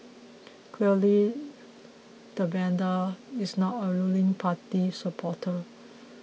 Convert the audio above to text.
clearly the vandal is not a ruling party supporter